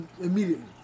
Immediately